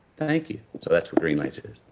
thank you. so that's what greenlights is.